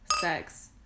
sex